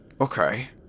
Okay